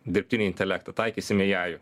dirbtinį intelektą taikysime eiajų